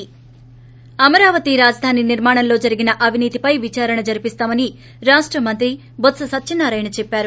ి అమరావతి రాజధాని నిర్మాణంలో జరిగిన అవినీతిపై విచారణ జరిపిస్తామని రాష్ట మంత్రి బొత్స సత్యనారాయణ చెప్పారు